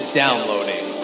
downloading